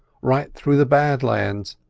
right through the bad lands,